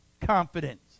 confidence